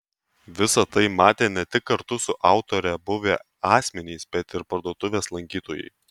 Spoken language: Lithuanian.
visa tai matė ne tik kartu su autore buvę asmenys bet ir parduotuvės lankytojai